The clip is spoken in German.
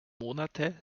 monate